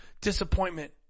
disappointment